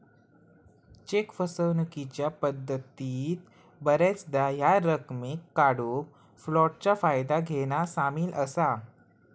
check फसवणूकीच्या पद्धतीत बऱ्याचदा ह्या रकमेक काढूक फ्लोटचा फायदा घेना सामील असा